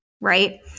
right